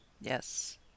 Yes